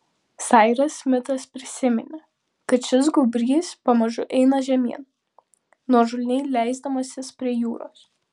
sairas smitas prisiminė kad šis gūbrys pamažu eina žemyn nuožulniai leisdamasis prie jūros